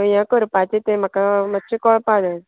हें करपाचें तें म्हाका मातचें कळपा जाय